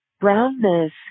brownness